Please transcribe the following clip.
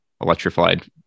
electrified